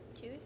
two